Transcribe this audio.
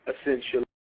essentially